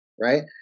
right